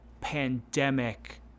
pandemic